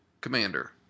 Commander